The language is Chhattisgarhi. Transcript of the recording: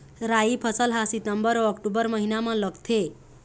राई फसल हा सितंबर अऊ अक्टूबर महीना मा लगथे